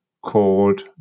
called